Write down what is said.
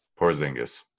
porzingis